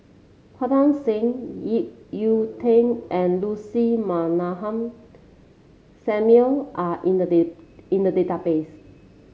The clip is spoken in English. Pritam Singh Ip Yiu Tung and Lucy Ratnammah Samuel are in the in the database